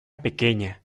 pequeña